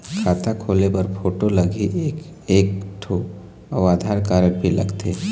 खाता खोले बर फोटो लगही एक एक ठो अउ आधार कारड भी लगथे?